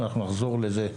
אנחנו נחזור לזה.